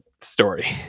story